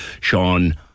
Sean